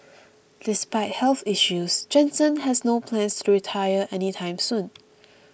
despite health issues Jansen has no plans to retire any time soon